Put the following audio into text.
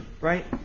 right